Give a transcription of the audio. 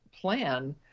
plan